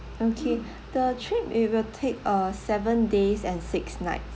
okay the trip it will take uh seven days and six nights